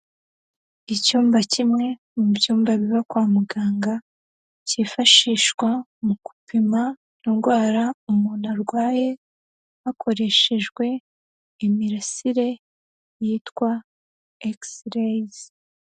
Icyumba kimwe mu byumba biba kwa muganga, cyifashishwa mu gupima indwara umuntu arwaye, hakoreshejwe imirasire yitwa x-rays.